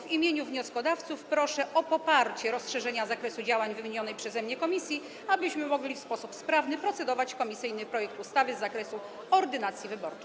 W imieniu wnioskodawców proszę o poparcie rozszerzenia zakresu działań wymienionej przeze mnie komisji, abyśmy mogli w sposób sprawny procedować nad komisyjnym projektem ustawy z zakresu ordynacji wyborczej.